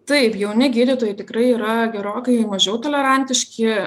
taip jauni gydytojai tikrai yra gerokai mažiau tolerantiški